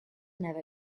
never